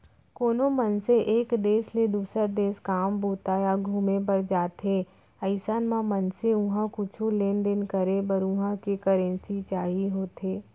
कोनो मनसे एक देस ले दुसर देस काम बूता या घुमे बर जाथे अइसन म मनसे उहाँ कुछु लेन देन करे बर उहां के करेंसी चाही होथे